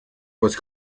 was